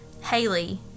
Haley